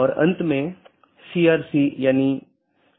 BGP का विकास routing सूचनाओं को एकत्र करने और संक्षेपित करने के लिए हुआ है